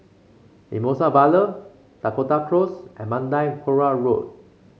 Mimosa Vale Dakota Close and Mandai Quarry Road